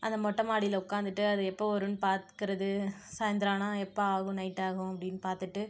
அதை மொட்டை மாடியில உட்காந்துட்டு அது எப்போது வரும்னு பார்க்கறது சாய்ந்தரம் ஆனால் எப்போது ஆகும் நைட்டு ஆகும் அப்படினு பார்த்துட்டு